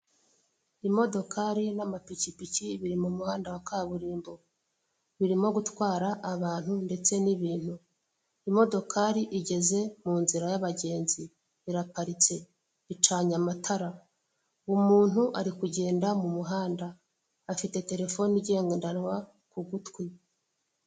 Imodokari n'amapikipiki biri mu muhanda wa kaburimbo, birimo gutwara abantu ndetse n'ibintu, imodokarin igeze mu nzira y'abagenzi iraparitse, icanye amatara, umuntu ari kugenda mu muhanda, afite terefone igendanwa ku gutwi.